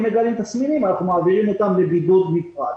אם נגלה תסמינים, אנחנו מעבירים אותם לבידוד נפרד.